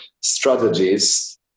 strategies